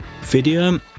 video